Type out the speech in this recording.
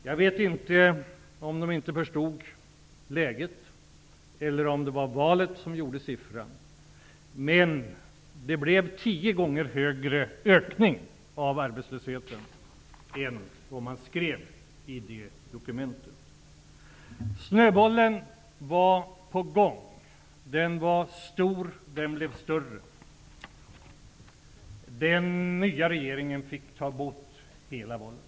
Jag vet inte om de inte förstod läget eller om det var valet som påverkade siffrorna, men arbetslösheten ökade tio gånger mer än vad som skrevs i dokumentet. Snöbollen var i rullning. Den var stor, och den blev större. Den nya regeringen fick ta hand om hela bollen.